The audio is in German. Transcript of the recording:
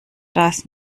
das